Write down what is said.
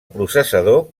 processador